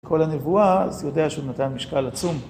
כל הנבואה, אז יודע שהוא נתן משקל עצום.